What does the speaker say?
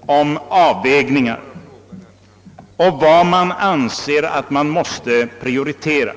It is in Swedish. om avvägningar och om vad man anser att man måste prioritera.